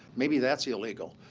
maybe that's illegal.